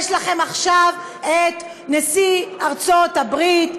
יש לכם עכשיו כנשיא ארצות-הברית,